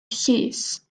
llys